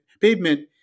pavement